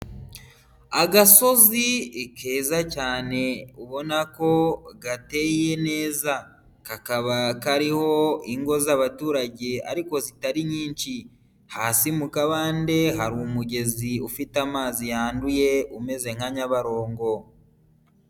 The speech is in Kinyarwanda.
Agasozi keza cyane ubona ko gateye neza, kakaba kariho ingo z'abaturage ariko zitari nyinshi. Hasi mu kabande hari umugezi ufite amazi yanduye umeze nka Nyabarongo.